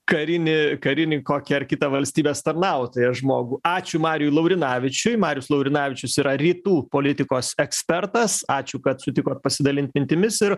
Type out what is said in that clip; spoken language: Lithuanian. karinį karinį kokį ar kitą valstybės tarnautoją žmogų ačiū mariui laurinavičiui marius laurinavičius yra rytų politikos ekspertas ačiū kad sutikot pasidalint mintimis ir